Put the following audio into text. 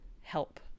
help